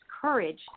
courage